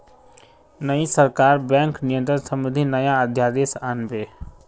नई सरकार बैंक नियंत्रण संबंधी नया अध्यादेश आन बे